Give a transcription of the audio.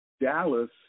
Dallas